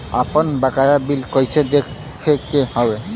आपन बकाया बिल कइसे देखे के हौ?